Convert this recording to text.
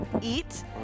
eat